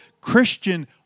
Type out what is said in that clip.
Christian